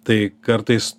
tai kartais